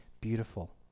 beautiful